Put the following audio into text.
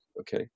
okay